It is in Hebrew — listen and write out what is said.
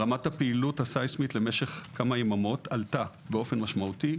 רמת הפעילות הסיסמית במשך כמה יממות עלתה באופן משמעותי.